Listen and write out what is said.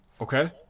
Okay